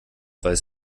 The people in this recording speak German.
weiß